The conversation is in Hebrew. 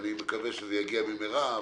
אני מקווה שזה יגיע במהרה.